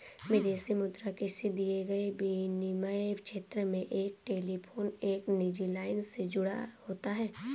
विदेशी मुद्रा किसी दिए गए विनिमय क्षेत्र में एक टेलीफोन एक निजी लाइन से जुड़ा होता है